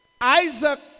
Isaac